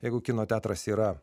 jeigu kino teatras yra